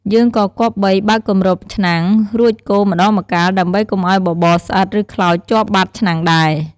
យើងក៏គប្បីបើកគម្របឆ្នាំង រួចកូរម្តងម្កាលដើម្បីកុំឱ្យបបរស្អិត ឬខ្លោចជាប់បាតឆ្នាំងដែរ។